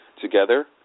together